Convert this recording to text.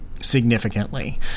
significantly